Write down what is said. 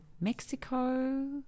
Mexico